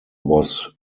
was